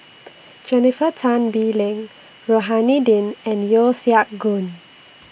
Jennifer Tan Bee Leng Rohani Din and Yeo Siak Goon